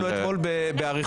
דנו אתמול באריכות.